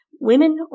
women